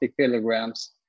kilograms